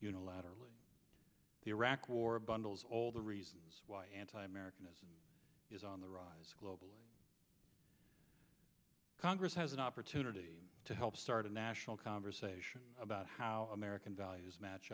unilaterally the iraq war bundles all the reasons why anti americanism is on the rise globally congress has an opportunity to help start a national conversation about how american values match